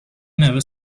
never